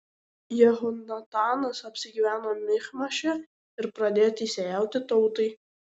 jehonatanas apsigyveno michmaše ir pradėjo teisėjauti tautai